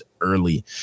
early